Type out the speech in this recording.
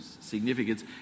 significance